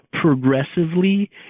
progressively